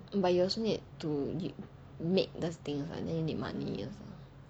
but you also need to make those things what then you need money also